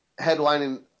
headlining